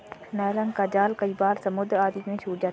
nylon का जाल कई बार समुद्र आदि में छूट जाते हैं